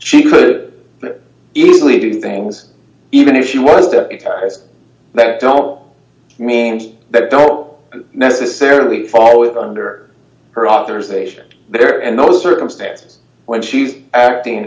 she could easily do things even if she was the ties that don't means that don't necessarily follow it under her authorization there and those circumstances when she's acting